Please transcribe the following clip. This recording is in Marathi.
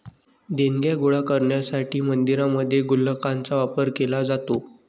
देणग्या गोळा करण्यासाठी मंदिरांमध्येही गुल्लकांचा वापर केला जातो